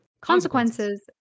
consequences